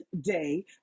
day